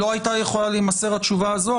לא הייתה יכולה להימסר התשובה הזו,